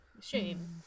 shame